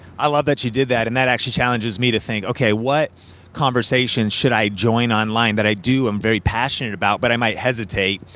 i love that you did that, and that actually challenges me to think, okay what conversations should i join online that i do and very passionate about but i might hesitate,